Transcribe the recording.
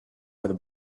where